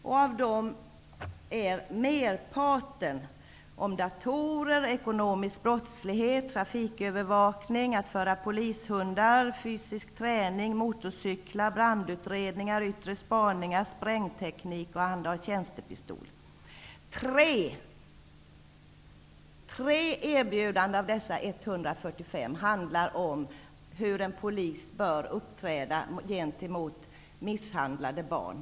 Merparten av dessa gäller datorer, ekonomisk brottslighet, trafikövervakning, detta med att föra polishundar, fysisk träning, motorcyklar, brandutredningar, yttre spaning, sprängteknik och användning av tjänstepistol. Endast 3 av dessa 145 erbjudanden handlar om hur en polis bör uppträda gentemot misshandlade barn.